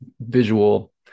visual